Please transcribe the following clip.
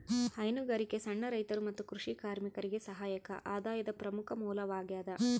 ಹೈನುಗಾರಿಕೆ ಸಣ್ಣ ರೈತರು ಮತ್ತು ಕೃಷಿ ಕಾರ್ಮಿಕರಿಗೆ ಸಹಾಯಕ ಆದಾಯದ ಪ್ರಮುಖ ಮೂಲವಾಗ್ಯದ